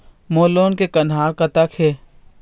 मोर loan के कन्हार कतक हे?